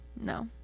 no